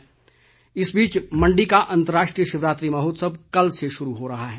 मंडी शिवरात्रि इस बीच मंडी का अंतर्राष्ट्रीय शिवरात्रि महोत्सव कल से शुरू हो रहा है